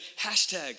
hashtag